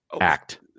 act